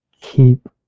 keep